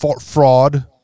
fraud